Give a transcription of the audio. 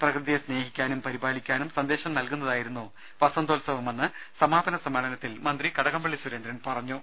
പ്രകൃതിയെ സ്നേഹിക്കാനും പരി പാലിക്കാനും സന്ദേശം നൽകുന്നതായിരുന്നു വസന്തോത്സവമെന്ന് സമാ പന സമ്മേളനത്തിൽ മന്ത്രി കടകംപള്ളി സുരേന്ദ്രൻ പറഞ്ഞു